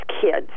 kids